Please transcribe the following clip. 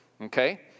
Okay